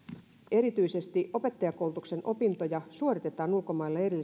erityisesti opettajankoulutuksen opintoja suoritetaan ulkomailla erillisinä